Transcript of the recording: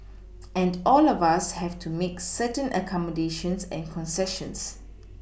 and all of us have to make certain accommodations and concessions